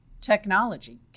technology